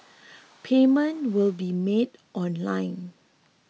payment will be made online